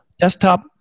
desktop